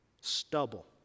stubble